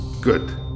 Good